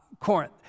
Corinth